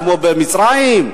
כמו במצרים?